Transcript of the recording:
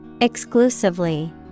Exclusively